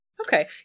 Okay